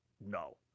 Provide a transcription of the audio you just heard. No